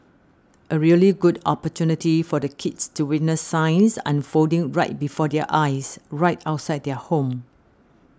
a really good opportunity for the kids to witness science unfolding right before their eyes right outside their home